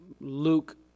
Luke